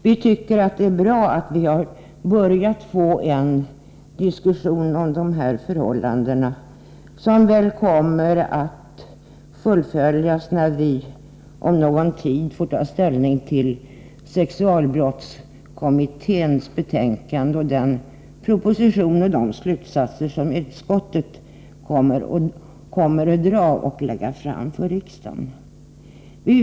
Vi tycker att det är bra att vi har börjat få en diskussion om dessa förhållanden, som väl kommer att fullföljas när vi om någon tid får ta ställning till sexualbrottskommitténs betänkande och propositionen i anledning därav samt de slutsatser som utskottet kommer att dra och lägga fram för riksdagen.